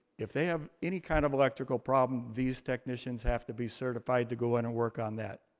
if they have any kind of electrical problem these technicians have to be certified to go in and work on that.